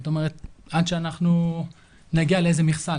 זאת אומרת, עד שאנחנו נגיע לאיזו מכסה.